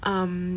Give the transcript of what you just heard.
um